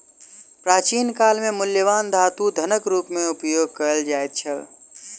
प्राचीन काल में मूल्यवान धातु धनक रूप में उपयोग कयल जाइत छल